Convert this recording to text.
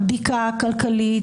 בדיקה כלכלית,